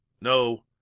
No